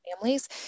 families